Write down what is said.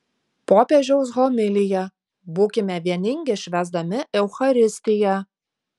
popiežiaus homilija būkime vieningi švęsdami eucharistiją